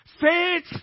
Faith